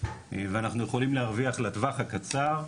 ואנחנו יכולים להרוויח לטווח הקצר,